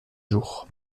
jour